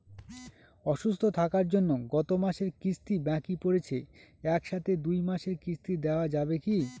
অসুস্থ থাকার জন্য গত মাসের কিস্তি বাকি পরেছে এক সাথে দুই মাসের কিস্তি দেওয়া যাবে কি?